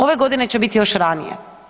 Ove godine će biti još ranije.